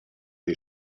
die